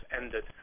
ended